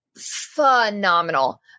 Phenomenal